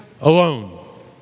alone